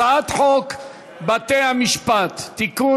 הצעת חוק בתי-המשפט (תיקון,